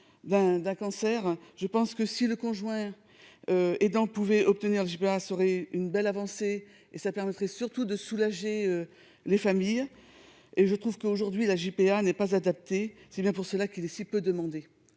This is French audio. d'un cancer, je pense que si le conjoint et dans pouvait obtenir le serait une belle avancée et ça permettrait surtout de soulager les familles et je trouve que, aujourd'hui, la JPA n'est pas adapté, c'est bien pour cela qu'il est si peut demander,